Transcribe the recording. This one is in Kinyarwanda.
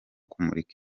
kumurika